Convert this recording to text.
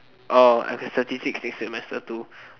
orh like statistics next semester two